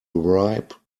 ripe